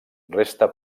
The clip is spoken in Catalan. resta